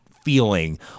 feeling